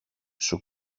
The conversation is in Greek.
σου